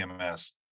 EMS